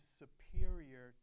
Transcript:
superior